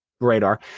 radar